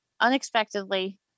unexpectedly